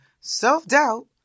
self-doubt